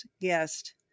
guest